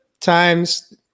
times